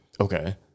Okay